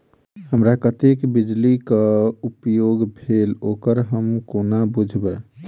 हमरा कत्तेक बिजली कऽ उपयोग भेल ओकर हम कोना बुझबै?